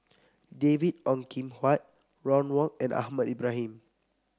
David Ong Kim Huat Ron Wong and Ahmad Ibrahim